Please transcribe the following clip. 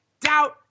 doubt